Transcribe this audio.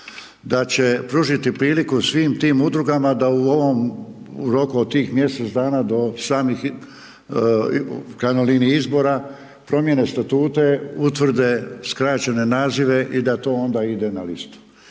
da će pružiti priliku svim tim udrugama da u ovom roku od tih mjesec dana do, samih tih, u krajnjoj liniji izbora, promjene statute, utvrde skraćene nazive i da to onda ide na listu.